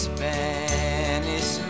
Spanish